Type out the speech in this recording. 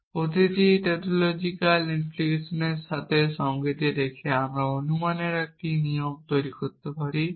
এবং প্রতিটি টাউটোলজিক্যাল ইমপ্লিকেশনের সাথে সঙ্গতি রেখে আমরা অনুমানের একটি নিয়ম তৈরি করতে পারি